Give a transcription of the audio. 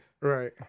Right